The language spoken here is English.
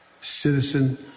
citizen